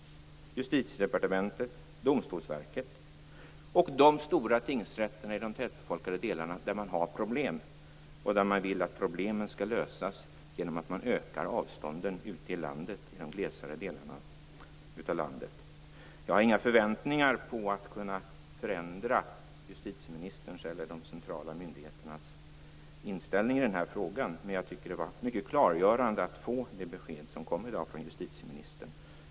Den har väckts av Justitiedepartementet, Domstolsverket och de stora tingsrätterna i de tätbefolkade delar av landet där man har problem och där man vill att problemen skall lösas genom att öka avstånden ute i de glesare befolkade delarna av landet. Jag har inga förväntningar om att kunna förändra justitieministerns eller de centrala myndigheternas inställning i den här frågan. Men jag tycker att det var mycket klargörande att få det besked som kom i dag från justitieministern.